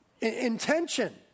intention